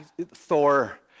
Thor